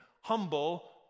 Humble